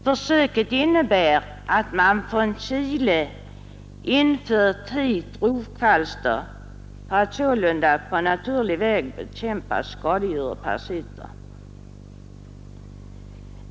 Försöket innebär att man från Chile infört rovkvalster för att sålunda på naturlig väg bekämpa skadedjur och parasiter.